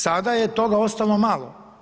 Sada je toga ostalo malo.